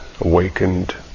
awakened